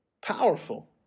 powerful